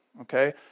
Okay